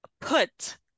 put